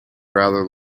rather